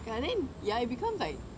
ya and then ya it becomes like